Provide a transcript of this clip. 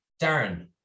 Darren